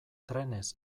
trenez